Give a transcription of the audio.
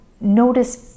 notice